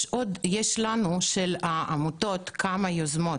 יש לעמותות כמה יוזמות.